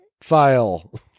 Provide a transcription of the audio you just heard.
file